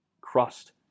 crust